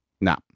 No